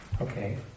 Okay